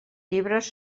llibres